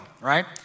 right